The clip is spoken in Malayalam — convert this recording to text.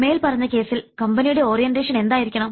മേൽപ്പറഞ്ഞ കേസിൽ കമ്പനിയുടെ ഓറിയൻറേഷൻ എന്തായിരിക്കണം